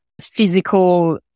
physical